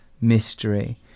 mystery